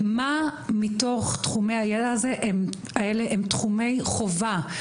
מה מתוך תחומי הידע הזה הם תחומי חובה,